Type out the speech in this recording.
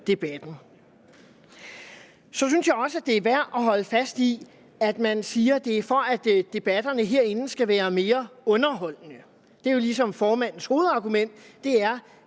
Så synes jeg også, at det er værd at holde fast i, at man siger, at det er, for at debatterne herinde skal være mere underholdende. Det er jo ligesom formandens hovedargument,